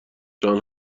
جان